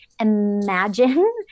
imagine